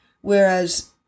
Whereas